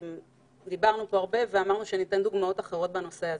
אמרנו שניתן דוגמאות אחרות בנושא הזה.